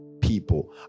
people